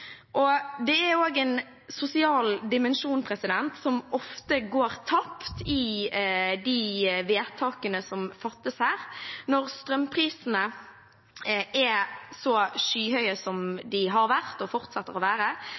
en sosial dimensjon, som ofte går tapt i de vedtakene som fattes her. Når strømprisene er så skyhøye som de har vært og fortsetter å være,